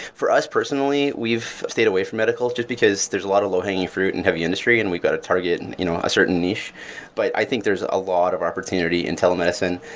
for us personally, we've stayed away from medical just because there's a lot of low-hanging fruit in heavy industry and we got a target, and you know a certain niche but i think there's a a lot of opportunity in telemedicine.